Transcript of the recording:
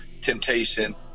temptation